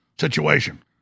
situation